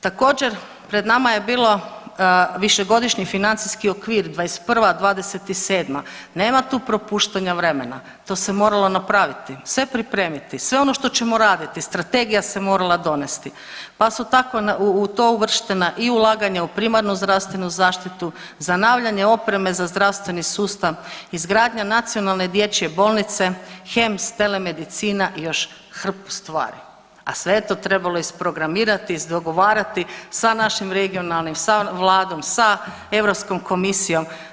Također pred nama je bilo višegodišnji financijski okvir '21.-'27. nema tu propuštanja vremena to se moralo napraviti, sve pripremiti, sve ono što ćemo raditi, strategija se morala donesti pa su u to uvrštena i ulaganja u primarnu zdravstvenu zaštitu, zanavljanje opreme za zdravstveni sustav, izgradnja nacionalne dječje bolnice, HEM … medicina i još hrpu stvari, a sve je to trebalo isprogramirati, izdogovarati sa našim regionalnim, sa vladom, sa Europskom komisijom.